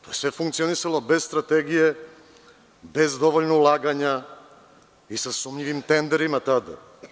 To je sve funkcionisalo bez strategije, bez dovoljno ulaganja i sa sumnjivim tenderima tada.